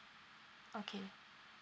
okay